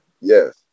Yes